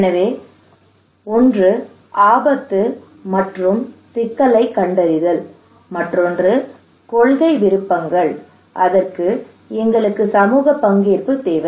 எனவே ஒன்று ஆபத்து மற்றும் சிக்கலைக் கண்டறிதல் மற்றொன்று கொள்கை விருப்பங்கள் அதற்கு எங்களுக்கு சமூக பங்கேற்பு தேவை